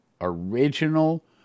original